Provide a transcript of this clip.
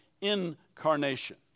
incarnation